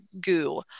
goo